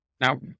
Now